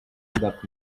dark